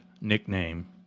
nickname